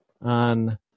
on –